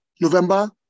November